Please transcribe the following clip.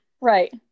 Right